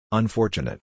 unfortunate